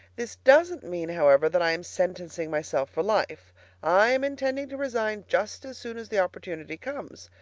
this doesn't mean, however, that i am sentencing myself for life i am intending to resign just as soon as the opportunity comes.